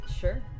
Sure